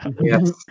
Yes